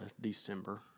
December